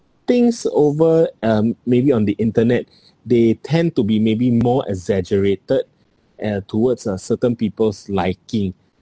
things over uh maybe on the internet they tend to be maybe more exaggerated and towards a certain people's liking